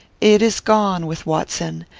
it is gone with watson,